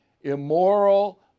immoral